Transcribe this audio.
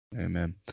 Amen